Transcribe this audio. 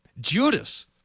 Judas